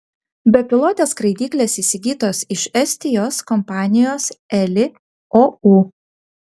bepilotės skraidyklės įsigytos iš estijos kompanijos eli ou